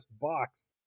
box